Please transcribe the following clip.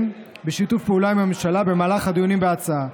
בשיתוף פעולה עם הממשלה במהלך הדיונים בהצעה.